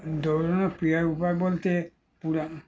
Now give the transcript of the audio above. দৌড়ানোর প্রিয় উপায় বলতে পুরানো